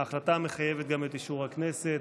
ההחלטה מחייבת גם את אישור הכנסת.